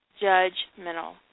Judgmental